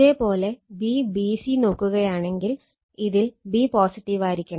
ഇതേ പോലെ Vbc നോക്കുകയാണെങ്കിൽ ഇതിൽ b പോസിറ്റീവായിരിക്കണം